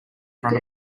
front